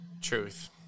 Truth